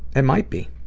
and might be,